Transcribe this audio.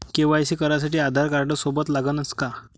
KYC करासाठी आधारकार्ड सोबत लागनच का?